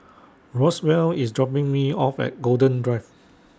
Roswell IS dropping Me off At Golden Drive